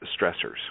stressors